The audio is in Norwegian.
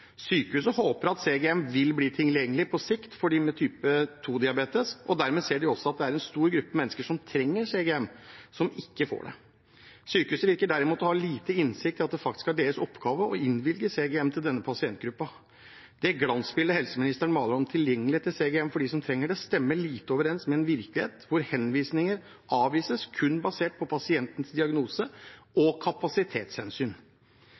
Sykehuset håper at CGM vil bli tilgjengelig på sikt for dem med type 2-diabetes, og dermed ser vi også at det er en stor gruppe mennesker som trenger CGM, som ikke får det. Sykehuset virker derimot å ha liten innsikt i at det faktisk er deres oppgave å innvilge CGM til denne pasientgruppen. Det glansbildet helseministeren maler om tilgjengelighet til CGM for dem som trenger det, stemmer lite overens med en virkelighet hvor henvisninger avvises kun basert på pasientens diagnose